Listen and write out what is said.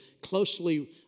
closely